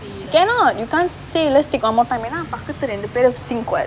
cannot you can't say let's take one more time ஏன்னா பக்கத்து ரெண்டு பெரும்:yaeannaa pakkathu rendu perum sync [what]